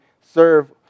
serve